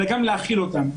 אלא גם להאכיל אותם.